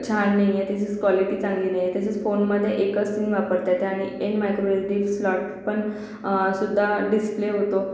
छान नाहीआहे तसंच कॉलिटी चांगली नाही आहे तसंच फोनमध्ये एकच मी वापरते त्याने an micro L D slot पण सुद्धा डिस्प्ले होतो